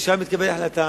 ושם תתקבל החלטה.